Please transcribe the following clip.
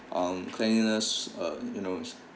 um cleanliness uh you know